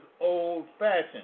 old-fashioned